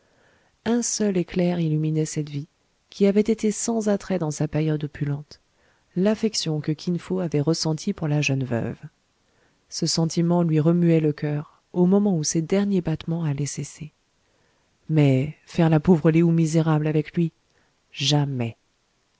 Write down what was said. un seul éclair illuminait cette vie qui avait été sans attrait dans sa période opulente l'affection que kin fo avait ressentie pour la jeune veuve ce sentiment lui remuait le coeur au moment où ses derniers battements allaient cesser mais faire la pauvre lé ou misérable avec lui jamais